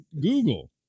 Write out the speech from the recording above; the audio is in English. Google